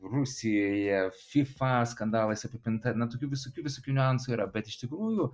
rusijoje fifa skandalais apipinta na tokių visokių visokių niuansų yra bet iš tikrųjų